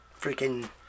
freaking